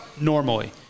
normally